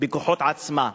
בכוחות עצמה,